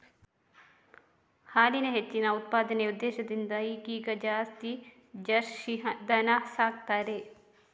ಹಾಲಿನ ಹೆಚ್ಚಿನ ಉತ್ಪಾದನೆಯ ಉದ್ದೇಶದಿಂದ ಈಗೀಗ ಜಾಸ್ತಿ ಜರ್ಸಿ ದನ ಸಾಕ್ತಾರೆ